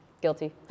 guilty